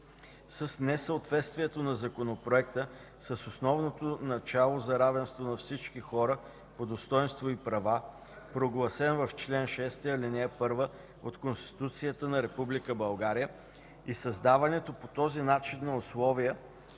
с несъответствието на Законопроекта с основното начало за равенство на всички хора по достойнство и права, прогласен в чл. 6, ал. 1 от Конституцията на Република България и създаването по този начин на условия